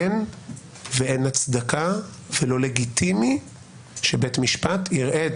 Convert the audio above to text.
אין הצדקה ולא לגיטימי שבית משפט יראה את